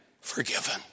forgiven